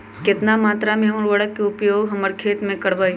कितना मात्रा में हम उर्वरक के उपयोग हमर खेत में करबई?